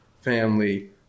family